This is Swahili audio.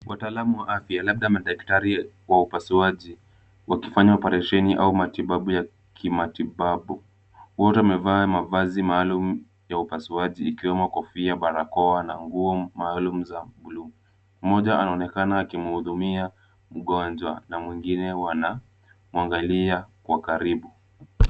Wataalamu wa afya labda madaktari wa upasuaji wakifanya operesheni au matibabu ya kimatibabu. Wote wamevaa mavazi maalum ya upasuaji ikiwemo kofia, barakoa, na nguo maalum za bluu. Mmoja anaonekana akimhudumia mgonjwa na mwingine wanamwangalia kwa karibu.